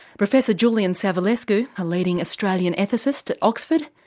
professor julian savulescu, a leading australian ethicist at oxford,